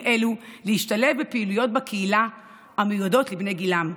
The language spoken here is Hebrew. אלה להשתלב בפעילויות בקהילה המיועדות לבני גילם,